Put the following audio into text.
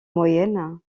moyenne